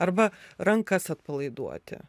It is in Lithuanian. arba rankas atpalaiduoti